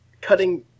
cutting